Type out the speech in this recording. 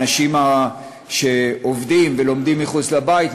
האנשים שעובדים ולומדים מחוץ לבית,